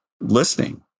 listening